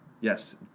yes